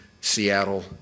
Seattle